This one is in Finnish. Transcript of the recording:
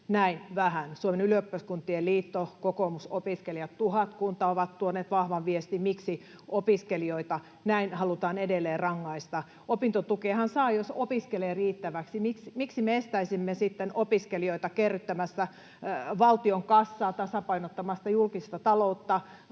näin vähän. Suomen ylioppilaskuntien liitto ja Kokoomusopiskelijat, Tuhatkunta ovat tuoneet vahvan viestin: miksi opiskelijoita näin halutaan edelleen rangaista? Opintotukeahan saa, jos opiskelee riittävästi. Miksi me estäisimme sitten opiskelijoita kerryttämästä valtion kassaa, tasapainottamasta julkista taloutta,